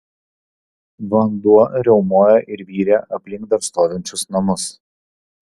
vanduo riaumojo ir virė aplink dar stovinčius namus